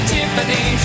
Tiffany